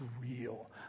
real